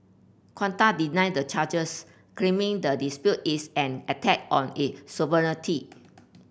Qatar deny the charges claiming the dispute is an attack on its sovereignty